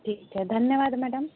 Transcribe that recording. ठीक है धन्यवाद मैडम